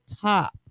top